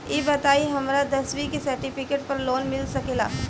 ई बताई हमरा दसवीं के सेर्टफिकेट पर लोन मिल सकेला?